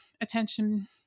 attention